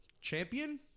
champion